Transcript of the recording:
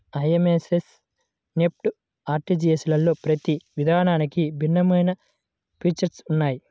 IMPS, NEFT, ఆర్టీజీయస్లలో ప్రతి విధానానికి భిన్నమైన ఫీచర్స్ ఉన్నయ్యి